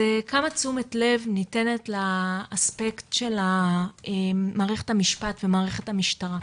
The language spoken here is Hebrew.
זה כמה תשומת לב ניתנת לאספקט של מערכת המשפט ומערכת המשטרה.